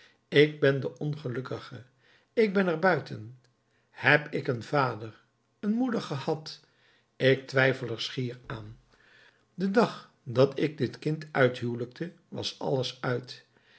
ik ben de ongelukkige ik ben er buiten heb ik een vader een moeder gehad ik twijfel er schier aan den dag dat ik dit kind uithuwelijkte was alles uit